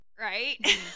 right